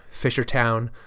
Fishertown